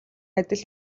адил